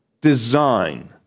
design